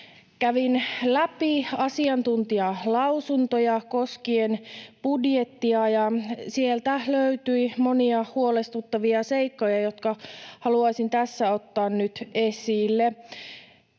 Kävin läpi asiantuntijalausuntoja koskien budjettia, ja sieltä löytyi monia huolestuttavia seikkoja, jotka haluaisin tässä ottaa nyt esille.